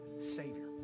Savior